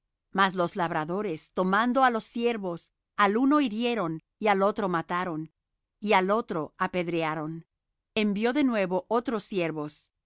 mas los labradores tomando á los siervos al uno hirieron y al otro mataron y al otro apedrearon envió de nuevo otros siervos